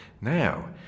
Now